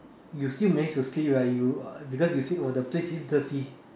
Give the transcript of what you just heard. you still managed to sleep right you uh because you say oh the place is dirty